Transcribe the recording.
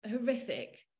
Horrific